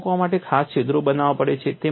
લોક મૂકવા માટે તમારે ખાસ છિદ્રો બનાવવા પડશે